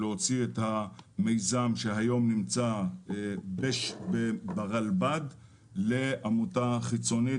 להוציא את המיזם שהיום נמצא ברלב"ד לעמותה חיצונית.